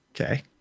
okay